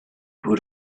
would